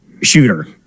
shooter